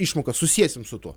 išmoką susiesim su tuo